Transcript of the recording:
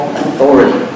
authority